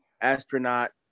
astronaut